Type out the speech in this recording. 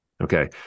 okay